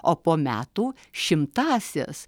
o po metų šimtąsias